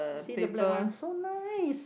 see the black one so nice